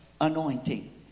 anointing